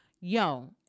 Yo